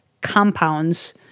compounds